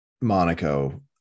Monaco